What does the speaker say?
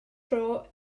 dro